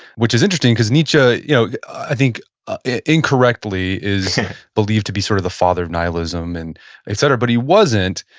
which is interesting because nietzsche, you know i think incorrectly, is believed to be sort of the father of nihilism and et cetera, but he wasn't.